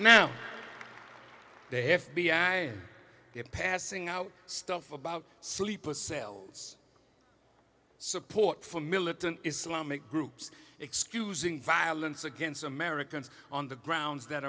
now the f b i get passing out stuff about sleeper cells support for militant islamic groups excusing violence against americans on the grounds that